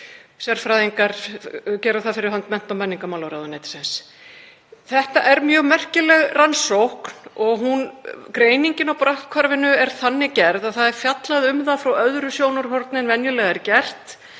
Eyjólfsson rituðu fyrir hönd mennta- og menningarmálaráðuneytisins. Þetta er mjög merkileg rannsókn og greiningin á brotthvarfinu er þannig gerð að það er fjallað um það frá öðru sjónarhorni en venjulega er gert.